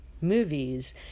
movies